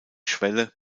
schwelle